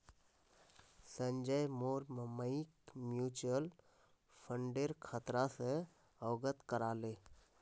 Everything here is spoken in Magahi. संजय मोर मइक म्यूचुअल फंडेर खतरा स अवगत करा ले